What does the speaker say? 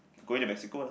going to Mexico lah